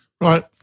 Right